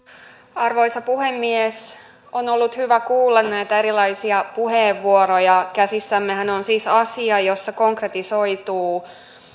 arvoisa puhemies on ollut hyvä kuulla näitä erilaisia puheenvuoroja käsissämmehän on siis asia jossa konkretisoituu